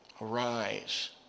Arise